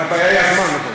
הבעיה היא הזמן.